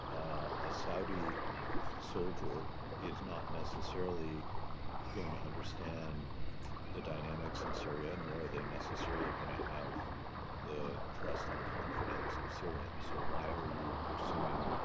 a saudi soldier is not necessarily going to understand the dynamics in syria nor are they necessarily going to have the trust and confidence of syrians. so why are you pursuing